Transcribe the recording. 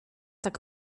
tak